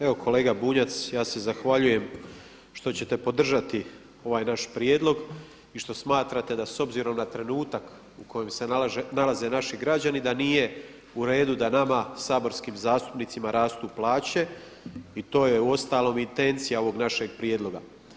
Evo kolega Bunjac, ja se zahvaljujem što ćete podržati ovaj naš prijedlog i što smatrate da s obzirom na trenutak u kojem se nalaze naši građani da nije u redu da nama saborskim zastupnicima rastu plaće i to je uostalom i intencija ovog našeg prijedloga.